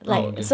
oh okay